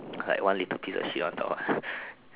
like one little piece of shit on top ah